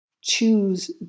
Choose